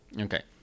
Okay